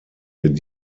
wird